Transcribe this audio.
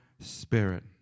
spirit